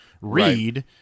read